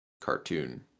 cartoon